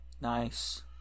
Nice